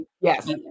Yes